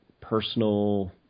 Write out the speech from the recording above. personal